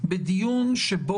אז זה כבר בדיון הקודם